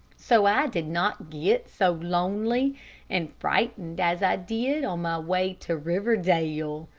so i did not get so lonely and frightened as i did on my way to riverdale.